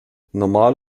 normal